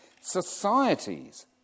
societies